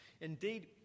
Indeed